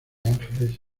ángeles